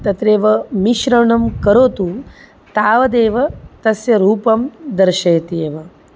तत्रैव मिश्रणं करोतु तावदेव तस्य रूपं दर्शयति एव